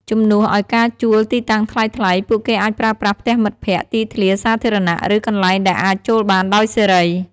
ជំនួសឲ្យការជួលទីតាំងថ្លៃៗ ពួកគេអាចប្រើប្រាស់ផ្ទះមិត្តភក្តិ ទីធ្លាសាធារណៈ ឬកន្លែងដែលអាចចូលបានដោយសេរី។